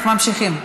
איך ממשיכים?